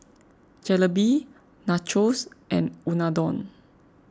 Jalebi Nachos and Unadon